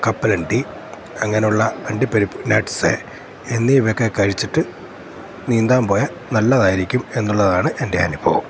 കപ്പലണ്ടി അങ്ങനെ ഉള്ള അണ്ടിപ്പരിപ്പ് നട്ട്സ് എന്നിവയൊക്കെ കഴിച്ചിട്ട് നീന്താൻ പോയാൽ നല്ലതായിരിക്കും എന്നുള്ളതാണ് എൻ്റെ അനുഭവം